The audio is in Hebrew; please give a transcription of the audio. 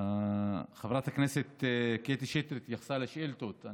חברת הכנסת קטי שטרית התייחסה לשאילתות.